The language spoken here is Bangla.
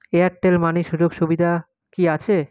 এয়ারটেল মানি সুযোগ সুবিধা কি আছে?